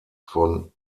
von